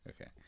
okay